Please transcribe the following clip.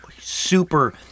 super